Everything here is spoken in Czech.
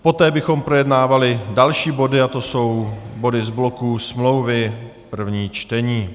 Poté bychom projednávali další body, a to jsou body z bloku Smlouvy první čtení.